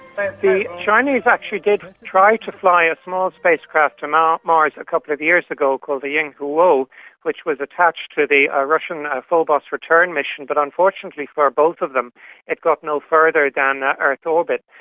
the chinese actually did try to fly a small spacecraft to ah mars a couple of years ago called the yinghuo which was attached to the ah russian phobos return mission, but unfortunately for both of them it got no further than earth orbit.